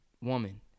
woman